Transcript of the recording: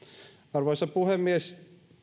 arvoisa puhemies